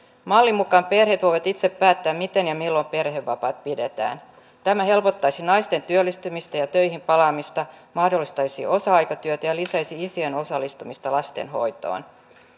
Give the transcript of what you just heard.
mallin mukaan perheet voivat itse päättää miten ja milloin perhevapaat pidetään tämä helpottaisi naisten työllistymistä ja töihin palaamista mahdollistaisi osa aikatyötä ja lisäisi isien osallistumista lastenhoitoon